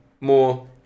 more